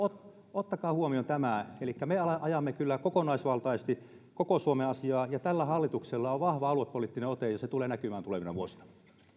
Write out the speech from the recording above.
ottakaa huomioon tämä eli me ajamme ajamme kyllä kokonaisvaltaisesti koko suomen asiaa ja tällä hallituksella on vahva aluepoliittinen ote ja se tulee näkymään tulevina vuosina